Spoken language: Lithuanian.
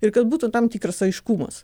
ir kad būtų tam tikras aiškumas